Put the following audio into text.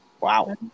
Wow